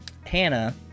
hannah